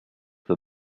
than